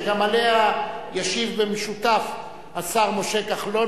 שגם עליה ישיב במשותף השר משה כחלון.